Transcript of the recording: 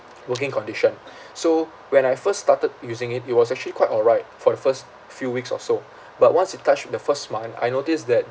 working condition so when I first started using it it was actually quite alright for the first few weeks or so but once it touched the first month I noticed that